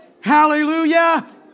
Hallelujah